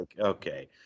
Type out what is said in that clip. okay